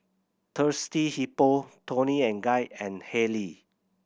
Thirsty Hippo Toni and Guy and Haylee